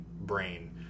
brain